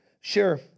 Sure